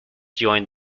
joined